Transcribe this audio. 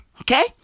Okay